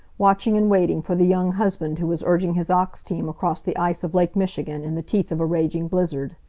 watching and waiting for the young husband who was urging his ox-team across the ice of lake michigan in the teeth of a raging blizzard.